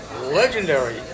Legendary